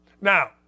Now